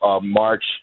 March